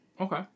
Okay